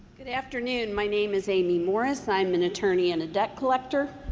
good afternoon. my name is amy morris. i'm an attorney and a debt collector.